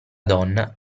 donna